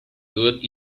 good